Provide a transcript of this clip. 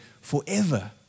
forever